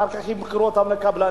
אחר כך ימכרו אותן לקבלנים,